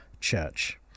church